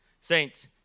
Saints